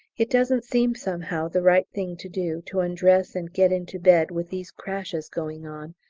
it doesn't seem somehow the right thing to do, to undress and get into bed with these crashes going on,